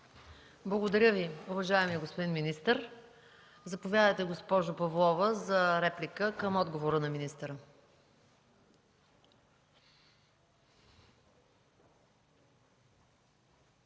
Благодаря Ви, уважаеми господин министър. Заповядайте, госпожо Павлова, за реплика към отговора на министъра.